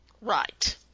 Right